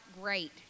great